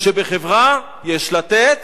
שבחברה יש לתת